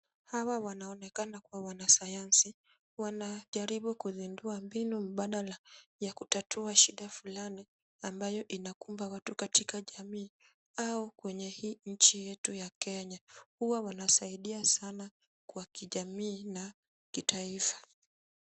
Hawa wanaonekana kua wanasayansi ,wanajaribu kuzindua mbinu mbadala ya kutatua shida fulani ambayo inakumba watu katika jamii au kwenye hii nchi yetu ya Kenya ,uwa wanasaidia sana kwa kijamii au kitaifa.